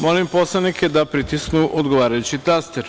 Molim poslanike da pritisnu odgovarajući taster.